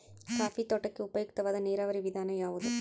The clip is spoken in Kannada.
ಕಾಫಿ ತೋಟಕ್ಕೆ ಉಪಯುಕ್ತವಾದ ನೇರಾವರಿ ವಿಧಾನ ಯಾವುದು?